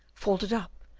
folded up,